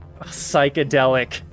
psychedelic